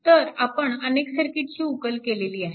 तर आपण अनेक सर्किटची उकल केलेली आहे